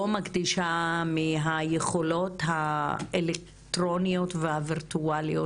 מקדישה מהיכולות האלקטרוניות והווירטואליות